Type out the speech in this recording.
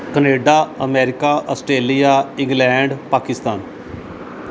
Canada America Australia England Pakistan